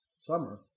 summer